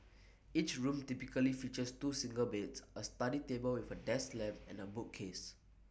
each room typically features two single beds A study table with A desk lamp and A bookcase